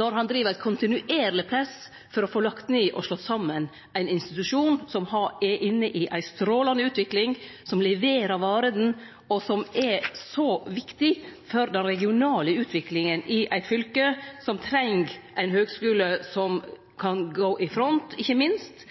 når han driv eit kontinuerleg press for å få lagt ned og slått saman ein institusjon som er inne i ei strålande utvikling, som leverer varene, og som er så viktig for den regionale utviklinga i eit fylke som treng ein høgskule som kan gå i front, ikkje minst når